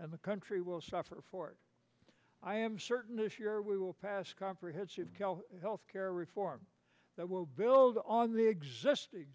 and the country will suffer for it i am certain this year we will pass comprehensive health care reform that will build on the existing